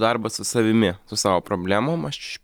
darbas su savimi su savo problemom aš